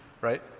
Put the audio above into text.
right